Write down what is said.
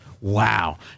Wow